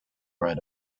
write